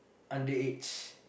underage